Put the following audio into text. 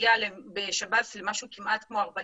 הגיע בשב"ס למשהו כמו 40%,